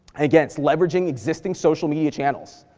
again, it's leveraging existing social media channels,